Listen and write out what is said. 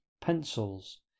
pencils